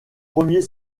premier